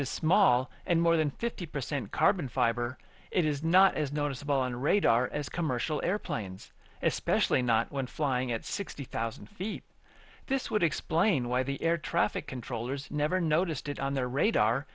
is small and more than fifty percent carbon fiber it is not as noticeable on radar as commercial airplanes especially not when flying at sixty thousand feet this would explain why the air traffic controllers never noticed it on their radar